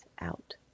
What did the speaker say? out